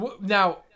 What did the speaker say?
Now